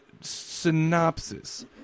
Synopsis